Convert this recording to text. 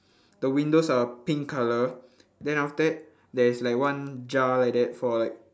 the windows are pink colour then after that there is like one jar like that for like